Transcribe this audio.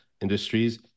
industries